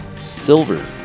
Silver